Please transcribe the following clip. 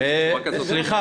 סליחה.